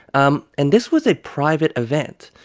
um and this was a private event.